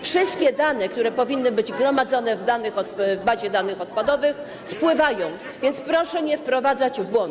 Wszystkie dane, które powinny być gromadzone w bazie danych odpadowych, spływają, więc proszę nie wprowadzać w błąd.